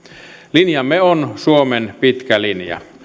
linjamme on suomen pitkä linja